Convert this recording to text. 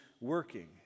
working